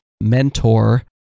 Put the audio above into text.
mentor